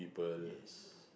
yes